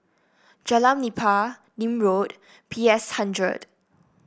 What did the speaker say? Jalan Nipah Nim Road P S hundred